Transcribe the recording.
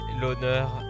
l'honneur